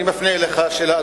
אני מפנה אליך שאלה,